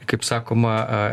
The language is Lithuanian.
kaip sakoma